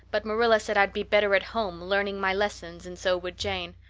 but marilla said i'd be better at home learning my lessons and so would jane.